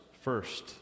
first